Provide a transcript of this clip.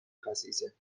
خسیسه